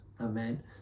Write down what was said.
Amen